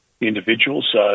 individuals